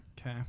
Okay